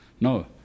no